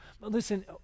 Listen